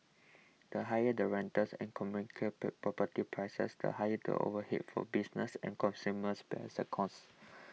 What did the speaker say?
the higher the rentals and property prices the higher the overheads for businesses and consumers bear the costs